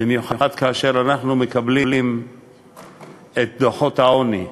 במיוחד כאשר אנחנו מקבלים את דוחות העוני.